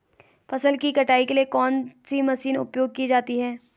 फसल की कटाई के लिए कौन सी मशीन उपयोग की जाती है?